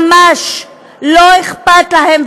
ממש לא אכפת להם,